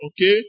Okay